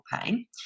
pain